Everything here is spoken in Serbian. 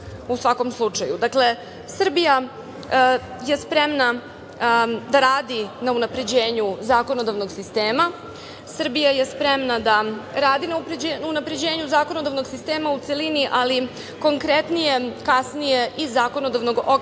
slučaju. Srbija je spremna da radi na unapređenju zakonodavnog sistema. Srbija je spremna da radi na unapređenju zakonodavnog sistema u celini, ali konkretnije kasnije i zakonodavnog okvira